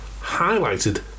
highlighted